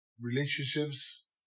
relationships